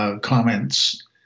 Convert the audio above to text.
comments